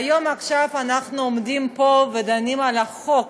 היום, עכשיו, אנחנו עומדים פה ודנים על החוק